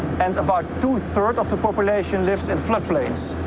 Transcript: and about two-thirds of the population lives in floodplains.